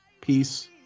Peace